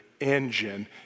engine